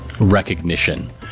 recognition